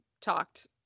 talked